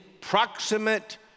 proximate